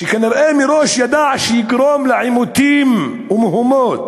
שכנראה מראש ידעה שזה יגרום לעימותים ומהומות.